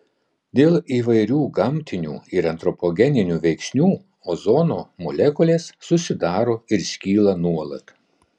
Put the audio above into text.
dėl įvairių gamtinių ir antropogeninių veiksnių ozono molekulės susidaro ir skyla nuolat